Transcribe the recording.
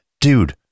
dude